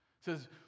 says